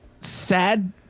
Sad